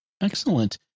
Excellent